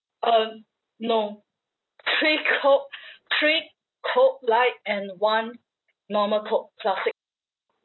uh no three coke three coke light and one normal coke classic